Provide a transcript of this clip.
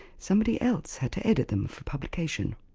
somebody else had to edit them for publication.